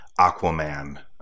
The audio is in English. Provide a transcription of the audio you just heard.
Aquaman